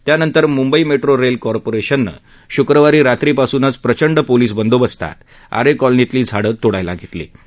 त्यानंतर मुंबई मद्री रत्तकॉर्पोर्टाज़ शुक्रवारी रात्रीपासूनच प्रचंड पोलीस बंदोबस्तात आरक्रॉलनीतली झाडं तोडायला घत्तिमी